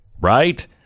right